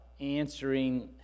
answering